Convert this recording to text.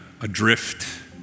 adrift